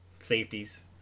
Safeties